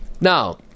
Now